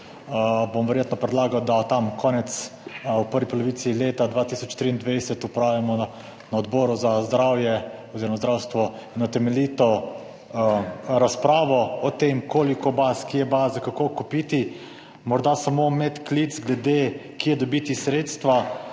bom verjetno predlagal, da v prvi polovici leta 2023 opravimo na Odboru za zdravstvo eno temeljito razpravo o tem, koliko baz, kje baze, kako kupiti. Morda samo medklic glede tega, kje dobiti sredstva.